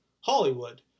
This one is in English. Hollywood